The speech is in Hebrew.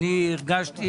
אני הרגשתי